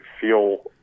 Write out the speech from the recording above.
feel